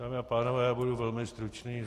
Dámy a pánové, budu velmi stručný.